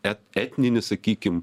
et etninį sakykim